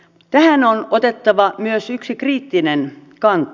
tähän on otettava myös yksi kriittinen kanta